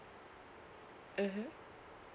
mmhmm